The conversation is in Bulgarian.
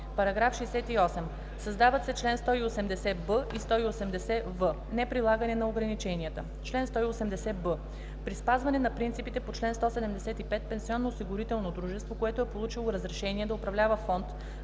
§ 68: „§ 68. Създават се чл. 180б и 180в: „Неприлагане на ограниченията Чл. 180б. При спазване на принципите по чл. 175 пенсионноосигурително дружество, което е получило разрешение да управлява фонд